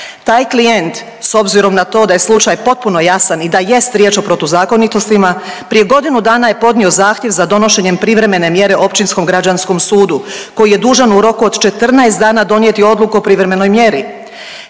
Taj klijent s obzirom na to da je slučaj potpuno jasan i da jest riječ o protuzakonitostima prije godinu dana je podnio zahtjev za donošenjem privremene mjere općinskom građanskom sudu koji je dužan u roku od 14 dana donijeti odluku o privremenoj mjeri,